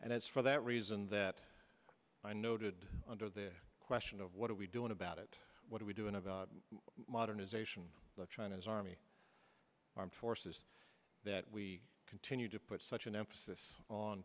it's for that reason that i noted under the question of what are we doing about it what are we doing about modernization china's army armed forces that we continue to put such an emphasis on